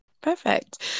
Perfect